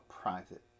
private